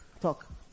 talk